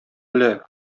белә